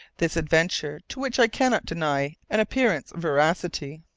this adventure, to which i cannot deny an appearance veracity,